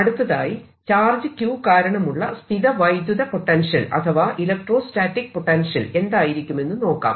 അടുത്തതായി charge q കാരണമുള്ള സ്ഥിതവൈദ്യുത പൊട്ടൻഷ്യൽ അഥവാ ഇലക്ട്രോസ്റ്റാറ്റിക് പൊട്ടൻഷ്യൽ എന്തായിരിക്കുമെന്ന് നോക്കാം